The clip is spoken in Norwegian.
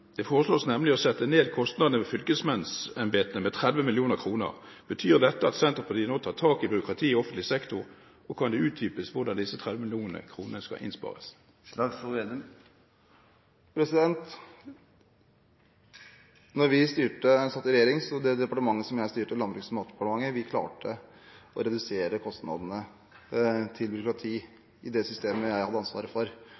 Det foreslås nemlig å sette ned kostnadene ved fylkesmannsembetene med 30 mill. kr. Betyr dette at Senterpartiet nå tar tak i byråkratiet i offentlig sektor, og kan det utdypes hvordan disse 30 mill. kr skal innspares? Da vi styrte og satt i regjering, klarte det departementet som jeg styrte, Landbruks- og matdepartementet, å redusere kostnadene til byråkrati i det systemet jeg hadde ansvaret for.